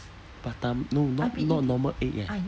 but tam~ no not not normal egg eh